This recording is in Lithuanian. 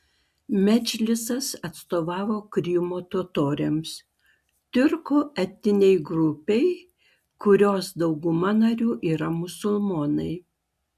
medžlisas atstovavo krymo totoriams tiurkų etninei grupei kurios dauguma narių yra musulmonai